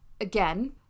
again